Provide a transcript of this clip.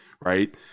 right